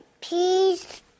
peace